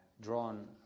drawn